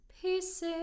pieces